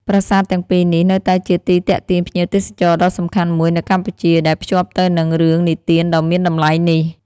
ប្រាសាទទាំងពីរនេះនៅតែជាទីទាក់ទាញភ្ញៀវទេសចរណ៍ដ៏សំខាន់មួយនៅកម្ពុជា ដែលភ្ជាប់ទៅនឹងរឿងនិទានដ៏មានតម្លៃនេះ។